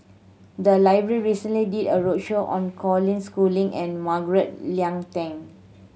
the library recently did a roadshow on Colin Schooling and Margaret Leng Tan